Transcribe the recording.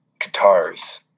guitars